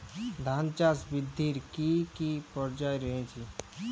ধান চাষ বৃদ্ধির কী কী পর্যায় রয়েছে?